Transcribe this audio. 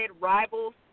rivals